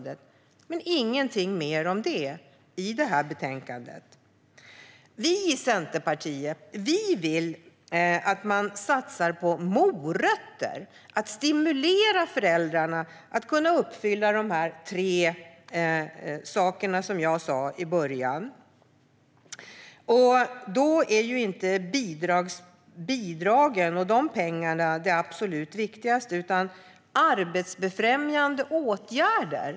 Sedan står det ingenting mer om detta i betänkandet. Vi i Centerpartiet vill att man satsar på morötter för att stimulera föräldrarna att kunna uppfylla de tre saker som jag nämnde i början. Då är inte pengarna från bidragen det absolut viktigaste, utan det är arbetsbefrämjande åtgärder.